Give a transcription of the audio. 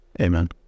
Amen